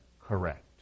correct